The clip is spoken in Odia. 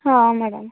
ହଁ ମ୍ୟାଡ଼ାମ୍